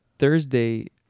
Thursday